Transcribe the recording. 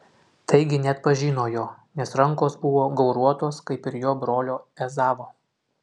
taigi neatpažino jo nes rankos buvo gauruotos kaip ir jo brolio ezavo